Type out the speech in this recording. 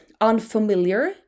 unfamiliar